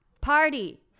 party